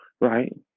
right